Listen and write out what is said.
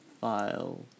File